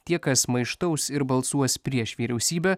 tie kas maištaus ir balsuos prieš vyriausybę